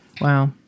Wow